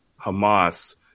Hamas